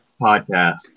podcast